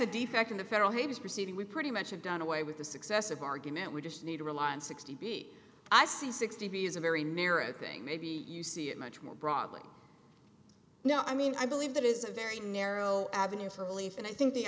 a defect in the federal hate is proceeding we pretty much have done away with the successive argument we just need to rely on sixty b i c sixty is a very narrow thing maybe you see it much more broadly no i mean i believe that is a very narrow avenue for belief and i think the